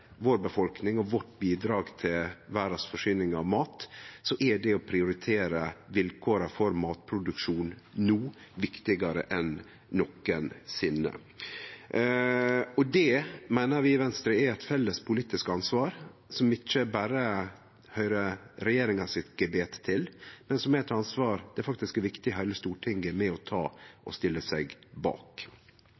og vårt bidrag til verdas matforsyning, er det å prioritere vilkåra for matproduksjon no viktigare enn nokosinne. Det meiner vi i Venstre er eit felles politisk ansvar, som ikkje berre høyrer regjeringa sitt gebet til, men som er eit ansvar det faktisk er viktig at heile Stortinget er med